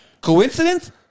Coincidence